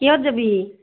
কিহত যাবি